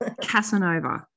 Casanova